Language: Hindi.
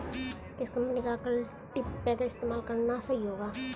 किस कंपनी का कल्टीपैकर इस्तेमाल करना सही होगा?